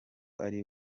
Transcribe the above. ari